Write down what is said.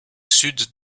sud